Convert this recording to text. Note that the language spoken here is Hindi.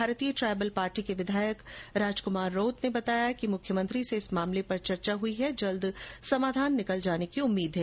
भारतीय ट्राईबल पार्टी के विधायक राजक्मार रोत ने बताया कि मुख्यमंत्री से इस मामले पर चर्चा हुई है जल्दी समाधान निकल जाने की उम्मीद है